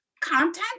content